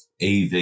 EV